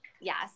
yes